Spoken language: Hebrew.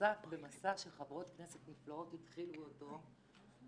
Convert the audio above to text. --- מסע שחברות כנסת נפלאות התחילו אותו אבל